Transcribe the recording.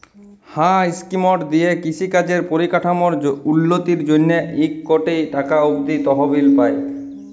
হাঁ ইস্কিমট দিঁয়ে কিষি কাজের পরিকাঠামোর উল্ল্যতির জ্যনহে ইক কটি টাকা অব্দি তহবিল পায়